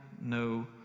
no